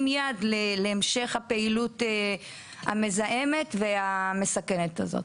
יד להמשך הפעילות המזהמת והמסכנת הזאת.